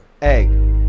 Hey